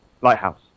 lighthouse